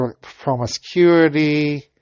promiscuity